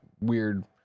weird